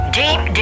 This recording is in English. deep